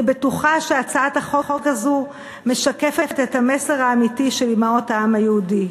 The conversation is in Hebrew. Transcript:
אני בטוחה שהצעת החוק הזאת משקפת את המסר האמיתי של אימהות העם היהודי.